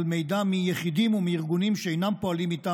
על מידע מיחידים ומארגונים שאינם פועלים מטעם